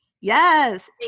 yes